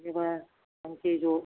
बिदिबा थांसै ज'